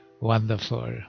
wonderful